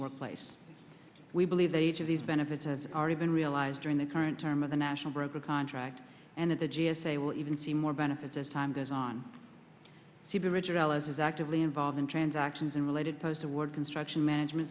workplace we believe that each of these benefits as already been realized during the current term of the national broker contract and that the g s a will even see more benefits as time goes on c b richard ellis is actively involved in transactions and related post award construction management